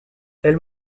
elle